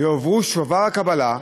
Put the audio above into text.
יועברו שובר קבלה,